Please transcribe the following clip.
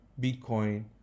Bitcoin